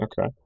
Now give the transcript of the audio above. Okay